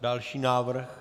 Další návrh?